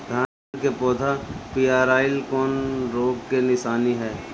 धान के पौधा पियराईल कौन रोग के निशानि ह?